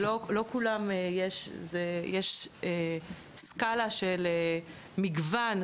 יש סקלה של מגוון.